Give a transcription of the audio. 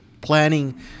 planning